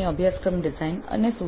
નમસ્તે